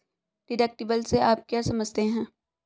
Deductible से आप क्या समझते हैं?